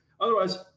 otherwise